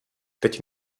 teď